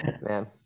Man